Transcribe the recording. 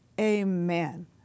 Amen